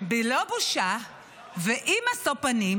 בלא בושה ובאי-משוא פנים,